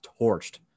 torched